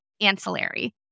ancillary